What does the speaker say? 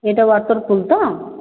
ଏହିଟା waterproof ତ